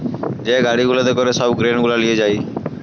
যে গাড়ি গুলাতে করে সব গ্রেন গুলা লিয়ে যায়